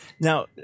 Now